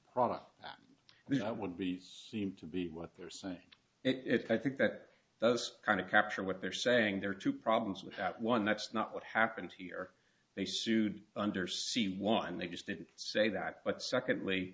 product then i would be seen to be what they're saying if i think that those kind of capture what they're saying there are two problems with that one that's not what happened here they sued under c one they just didn't say that but secondly